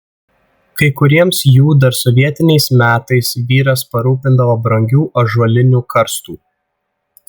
kai kuriems jų dar sovietiniais metais vyras parūpindavo brangių ąžuolinių karstų